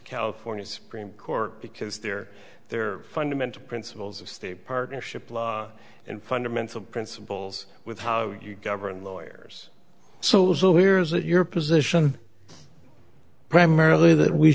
california supreme court because there their fundamental principles of state partnership law and fundamental principles with how you govern lawyers so as well here is that your position primarily that we